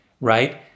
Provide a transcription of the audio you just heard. right